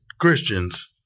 Christians